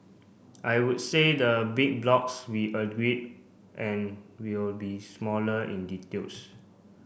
I would say the big blocks we agreed and we'll be smaller in details